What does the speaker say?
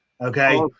Okay